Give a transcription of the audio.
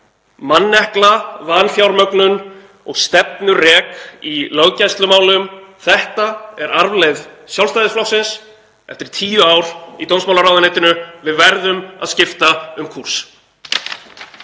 Mannekla, vanfjármögnun og stefnurek í löggæslumálum — þetta er arfleifð Sjálfstæðisflokksins eftir tíu ár í dómsmálaráðuneytinu. Við verðum að skipta um kúrs.